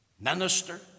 minister